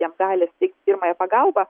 jam gali suteikt pirmąją pagalbą